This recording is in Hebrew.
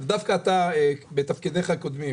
דווקא אתה בתפקידיך הקודמים,